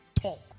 talk